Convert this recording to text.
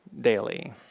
daily